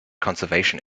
conservation